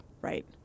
Right